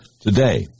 today